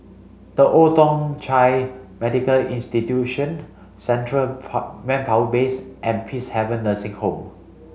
The Old Thong Chai Medical Institution Central Manpower Base and Peacehaven Nursing Home